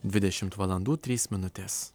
dvidešimt valandų trys minutės